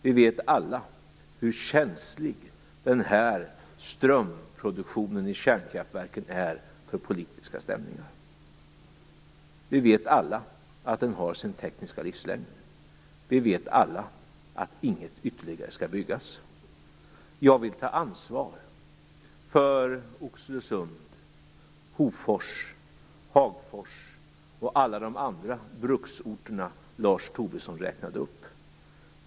Vi vet alla hur känslig strömproduktionen i kärnkraftverken är för politiska stämningar. Vi vet alla att den har sin tekniska livslängd. Vi vet alla att inget ytterligare kärnkraftverk skall byggas. Jag vill ta ansvar för Oxelösund, Hofors, Hagfors och alla de andra bruksorterna som Lars Tobisson räknade upp.